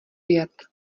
jet